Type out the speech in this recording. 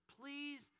please